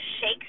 shake